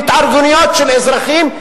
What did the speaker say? התארגנויות של אזרחים,